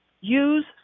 Use